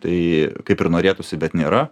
tai kaip ir norėtųsi bet nėra